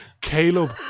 Caleb